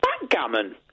Backgammon